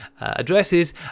addresses